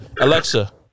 Alexa